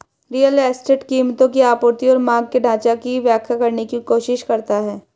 real estate कीमतों की आपूर्ति और मांग के ढाँचा की व्याख्या करने की कोशिश करता है